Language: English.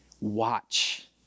watch